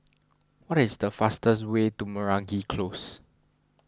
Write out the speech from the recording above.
what is the fastest way to Meragi Close